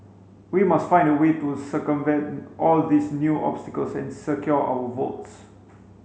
we must find a way to circumvent all these new obstacles and secure our votes